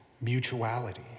mutuality